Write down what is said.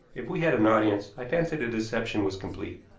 if we had an audience i fancy the deception was complete.